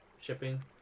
shipping